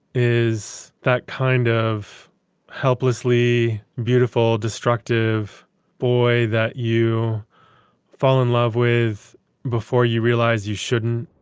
is that kind of helplessly beautiful, destructive boy that you fall in love with before you realize you shouldn't?